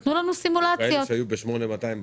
מה עם אלה שהיו ב-8200 בשטח?